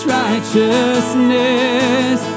righteousness